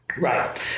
Right